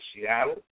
Seattle